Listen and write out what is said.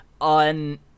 on